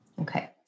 Okay